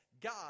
God